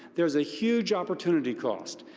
there is a huge opportunity cost.